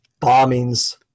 bombings